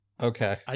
okay